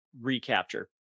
recapture